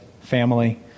family